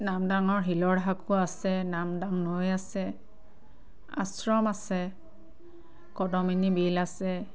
নামদাঙৰ শিলৰ সাঁকো আছে নামদাং নৈ আছে আশ্ৰম আছে কদমিনী বিল আছে